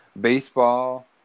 Baseball